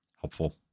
helpful